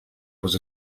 was